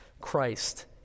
Christ